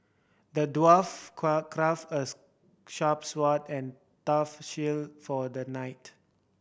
the dwarf crafted a sharp sword and a tough shield for the knight